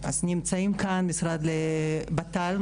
נמצאים כאן משרד הבט"ל,